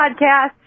podcast